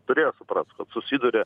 turėjo suprast kad susiduria